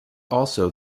also